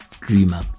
Dreamer